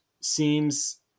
seems